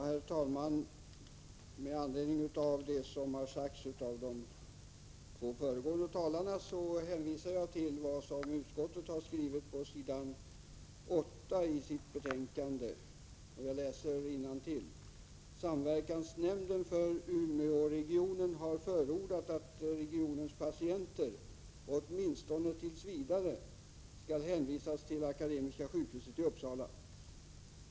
Herr talman! Med anledning av det som sagts av de två föregående talarna hänvisar jag till vad utskottet skrivit på sid. 8 isitt betänkande:”Samverkansnämnden för Umeåregionen har förordat att regionens patienter — åtminstone tills vidare — skall hänvisas till Akademiska sjukhuset i Uppsala.